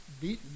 beaten